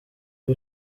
iba